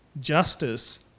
justice